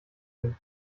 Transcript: sind